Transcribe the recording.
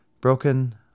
Broken